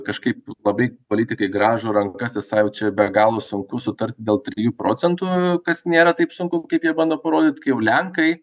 kažkaip labai politikai grąžo rankas esą jau čia be galo sunku sutart dėl trijų procentų kas nėra taip sunku kaip jie bando parodyt kaip jau lenkai